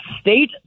state